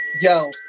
Yo